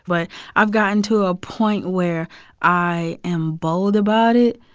but i've gotten to a point where i am bold about it.